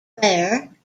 rare